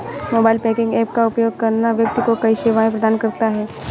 mobile banking app का उपयोग करना व्यक्ति को कई सेवाएं प्रदान करता है